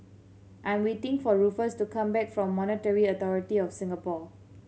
I'm waiting for Ruffus to come back from Monetary Authority Of Singapore